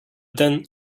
then